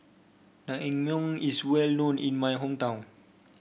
naengmyeon is well known in my hometown